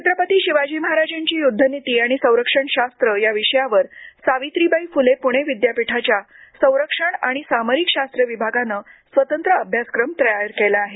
छत्रपती शिवाजी महाराजांची युद्धनीती आणि संरक्षण शास्त्र या विषयावर सावित्रीबाई फुले पुणे विद्यापीठाच्या संरक्षण आणि सामरिक शास्त्र विभागानं स्वतंत्र अभ्यासक्रम तयार केला आहे